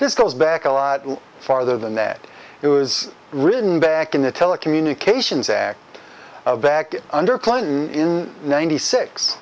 this goes back a lot farther than that it was written back in the telecommunications act of back under clinton in ninety